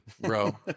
bro